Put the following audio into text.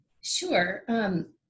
Sure